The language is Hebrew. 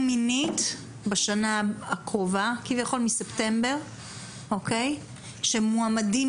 במהלך השנה הקרובה מספטמבר כמה מורים שמועמדים